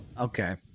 Okay